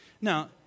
Now